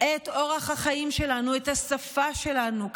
את אורח החיים שלנו, את השפה שלנו.